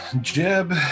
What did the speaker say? Jeb